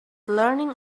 learning